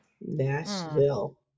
nashville